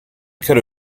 could